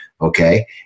Okay